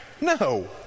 No